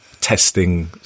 testing